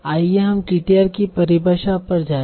आइए हम टीटीआर की परिभाषा पर जाएं